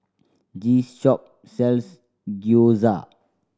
this shop sells Gyoza